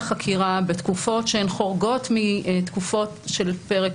וכשהחקירה מתקדמת מדברים עם גורמי משרד